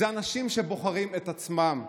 אלה אנשים שבוחרים את עצמם.